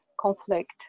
conflict